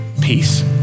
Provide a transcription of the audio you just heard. peace